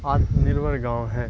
آتم نربھر گاؤں ہے